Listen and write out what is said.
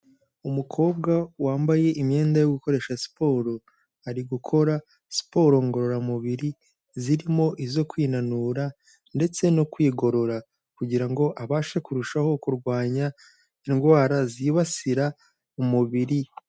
Umukobwa wambaye imyenda yo gukoresha siporo ari gukora siporo ngororamubiri zirimo izo kwinanura ndetse no kwigorora kugira ngo abashe kurushaho kurwanya indwara zibasira umubiri.